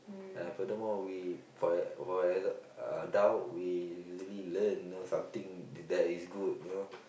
uh furthermore we for for exa~ uh adult we really learn something that is good you know